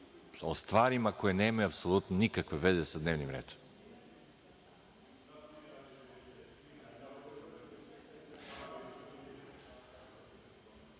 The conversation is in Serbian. o stvarima koje nemaju apsolutno nikakve veze sa dnevnim redom. Ako